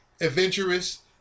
adventurous